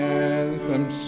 anthem